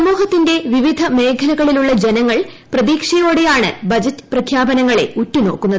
സമൂഹത്തിന്റെ വിവിധ മേഖലകളിലുള്ള ജനങ്ങൾ പ്രതീക്ഷയോടെയാണ് ബജറ്റ് പ്രഖ്യാപനങ്ങളെ ഉറ്റുനോക്കുന്നത്